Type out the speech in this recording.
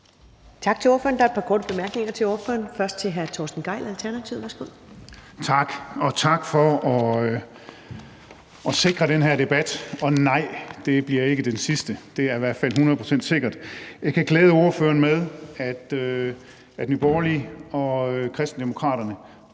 Tak til ordføreren. Der er et par korte bemærkninger til ordføreren. Først er det hr. Torsten Gejl, Alternativet. Værsgo. Kl. 20:51 Torsten Gejl (ALT): Tak. Og tak for at sikre den her debat. Og nej, det bliver ikke den sidste – det er i hvert fald hundrede procent sikkert. Jeg kan glæde ordføreren med, at Nye Borgerlige og Kristendemokraterne